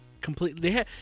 completely